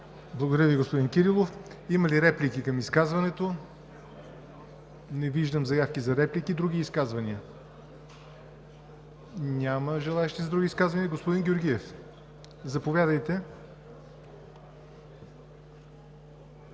Благодаря Ви, господин Кирилов. Има ли реплики към изказването? Не виждам заявки за реплики. Други изказвания? Няма желаещи. Господин Георгиев, заповядайте.